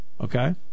Okay